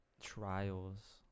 trials